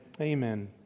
Amen